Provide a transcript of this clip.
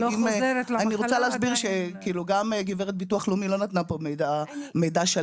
אני רוצה להסביר שגם גברת ביטוח לאומי לא נתנה פה מידע שלם,